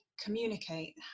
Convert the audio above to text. communicate